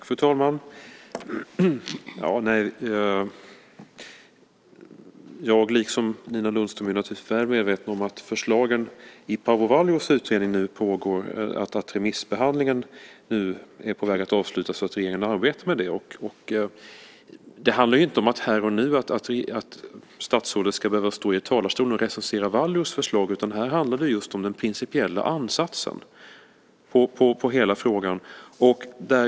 Fru talman! Jag, liksom Nina Lundström, är naturligtvis väl medveten om att förslagen i Paavo Vallius utredning remissbehandlas nu och är på väg att avslutas. Det handlar inte om att statsrådet här och nu ska behöva recensera Vallius förslag, utan här handlar det om den principiella ansatsen på hela frågan.